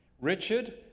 Richard